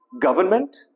Government